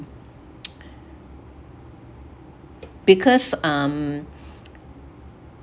because um